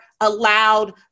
allowed